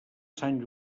sant